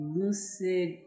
lucid